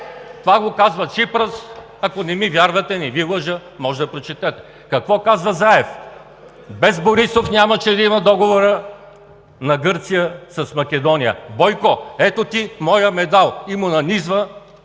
Това го казва Ципрас. Ако не ми вярвате, не Ви лъжа, можете да прочетете. Какво казва Заев? „Без Борисов нямаше да има договора на Гърция с Македония. Бойко ето ти моя медал“ и му нанизва